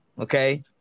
Okay